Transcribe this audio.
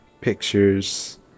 pictures